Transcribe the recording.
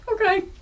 Okay